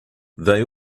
they